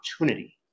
opportunity